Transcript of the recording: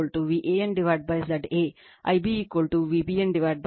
Ib V BN Z B